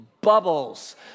bubbles